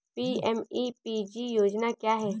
PMEPG योजना क्या है?